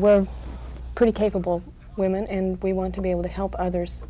we're pretty capable women and we want to be able to help others